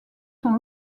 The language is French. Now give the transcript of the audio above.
sont